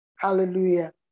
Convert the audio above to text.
Hallelujah